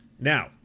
now